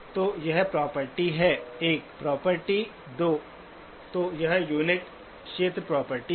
तो यह प्रॉपर्टी है 1 प्रॉपर्टी 2 तो यह यूनिट क्षेत्र प्रॉपर्टी है